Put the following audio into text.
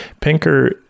Pinker